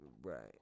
Right